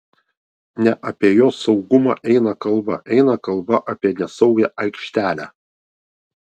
ne apie jos saugumą eina kalba eina kalba apie nesaugią aikštelę